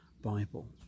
Bible